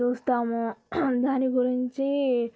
చూస్తాము దాని గురించి